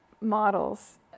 models